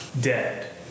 dead